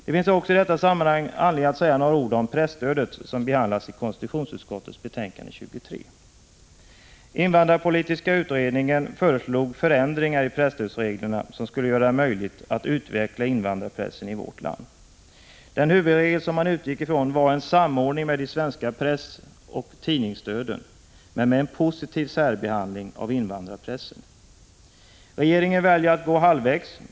Det finns i detta sammanhang också anledning att säga några ord om presstödet, som behandlas i konstitutionsutskottets betänkande 23. Invandrarpolitiska utredningen föreslog förändringar i presstödsreglerna som skulle göra det möjligt att utveckla invandrarpressen i vårt land. Den huvudregel som man utgick ifrån var en samordning med pressoch tidningsstöden till svenska tidningar, men med en positiv särbehandling av invandrarpressen. Regeringen väljer att gå halvvägs.